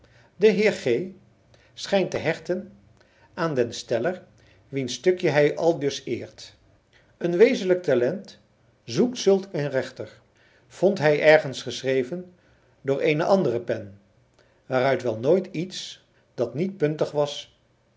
de heer g schijnt te hechten aan den steller wiens stukje hij aldus eert een wezenlijk talent zoekt zulk een regter vond hij ergens geschreven door eene andere pen waaruit wel nooit iets dat niet puntig was